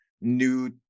new